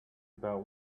about